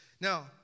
Now